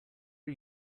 are